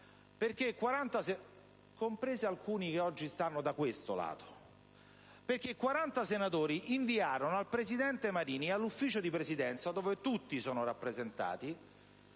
perché 40 senatori inviarono al presidente Marini e al Consiglio di Presidenza, dove tutti sono rappresentati,